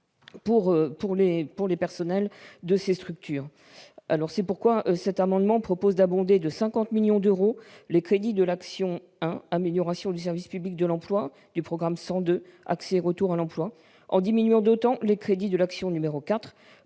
qui travaillent dans ces structures. C'est pourquoi cet amendement vise à abonder de 50 millions d'euros les crédits de l'action n° 01, Amélioration du service public de l'emploi, du programme 102 « Accès et retour à l'emploi », en diminuant d'autant les crédits de l'action n° 04,